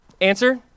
Answer